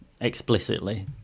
explicitly